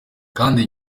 kandi